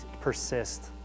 persist